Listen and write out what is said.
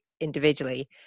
individually